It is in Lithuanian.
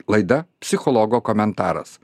laida psichologo komentaras